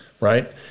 right